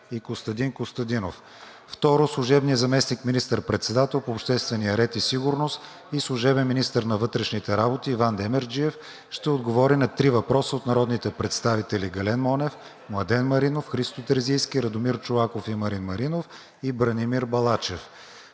и Костадин Костадинов; - служебният заместник министър-председател по обществения ред и сигурност и служебен министър на вътрешните работи Иван Демерджиев ще отговори на три въпроса от народните представители Гален Монов, Младен Маринов, Христо Терзийски, Радомир Чолаков, Марин Маринов и Бранимир Балачев;